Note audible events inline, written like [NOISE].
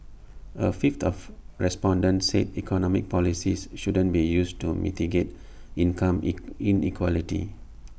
A fifth of respondents said economic policies shouldn't be used to mitigate income [NOISE] inequality